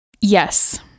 Yes